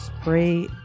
spray